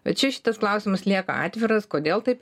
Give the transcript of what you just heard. bet čia šitas klausimas lieka atviras kodėl taip